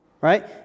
right